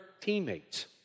teammates